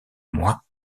mois